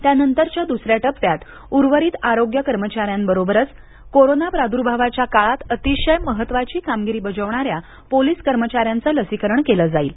त्यानंतरच्या दुसऱ्या टप्प्यात उर्वरित आरोग्य कर्मचाऱ्यांबरोबरच कोरोना प्रादुर्भावाच्या काळात अतिशय महत्वाची कामगिरी बजावणाऱ्या पोलीस कर्मचाऱ्यांचं लसीकरण केलं जाईल